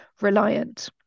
reliant